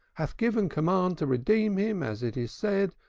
hath given command to redeem him, as it is said,